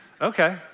Okay